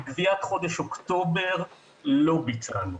את גביית חודש אוקטובר לא ביצענו.